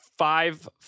five